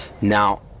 Now